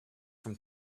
from